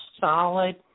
solid